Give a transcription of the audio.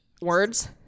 words